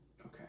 okay